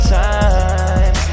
time